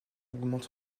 augmente